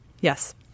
Yes